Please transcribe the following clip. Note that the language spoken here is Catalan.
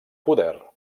poder